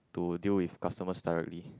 to deal with customers directly